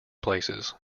places